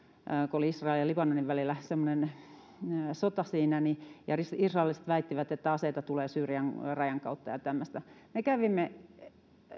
oli israelin ja libanonin välillä sota ja israelilaiset väittivät että aseita tulee syyrian rajan kautta ja tämmöistä me kävimme